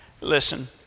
Listen